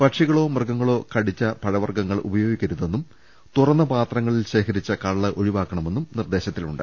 പക്ഷി കളോ മൃഗങ്ങളോ കടിച്ച പഴവർഗ്ഗങ്ങൾ ഉപയോഗിക്കരുതെന്നും തുറന്ന പാത്ര ങ്ങളിൽ ശേഖരിച്ച കള്ള് ഒഴിവാക്കണമെന്നും നിർദ്ദേശത്തിലുണ്ട്